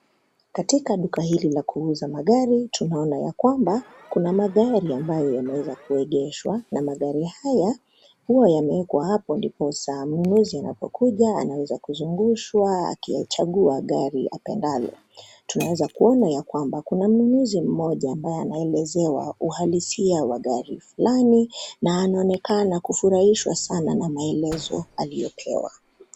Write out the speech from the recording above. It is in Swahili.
Katika duka hili la kuuza magari, tunaona yakwamba kuna magari ambayo yameweza kuegeshwa na magari haya ,huwa yameekwa hapo ndiposa mnunuzi anapokuja anaweza kuzungushwa akiyachagua gari apendalo. Tunaweza kuona yakwamba kuna mnunuzi mmoja ambaye anaelezewa uhalisia wa gari fulani na anaonekana kufurahishwa sana na maelezo aliyopewa.